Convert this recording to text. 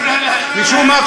משום מה,